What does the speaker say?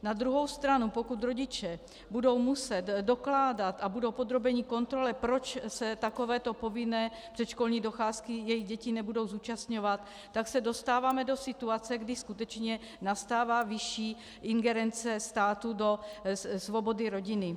Na druhou stranu, pokud rodiče budou muset dokládat a budou podrobeni kontrole, proč se takovéto povinné předškolní docházky jejich děti nebudou zúčastňovat, tak se dostáváme do situace, kdy skutečně nastává vyšší ingerence státu do svobody rodiny.